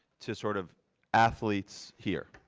to sort of athletes here,